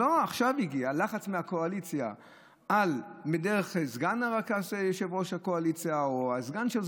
עכשיו הגיע לחץ מהקואליציה דרך סגן יושב-ראש הקואליציה או הסגן שלו,